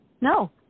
no